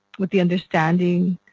with the understanding